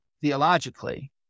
theologically